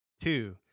Two